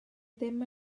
ddim